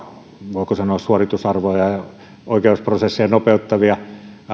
voiko sanoa suoritusarvoja oikeusprosesseja nopeuttavia